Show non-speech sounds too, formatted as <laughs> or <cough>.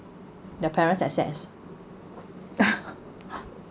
their parents assets <laughs>